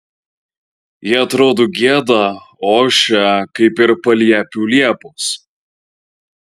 jie atrodo gieda ošia kaip ir paliepių liepos